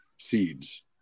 seeds